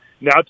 Now